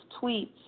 tweets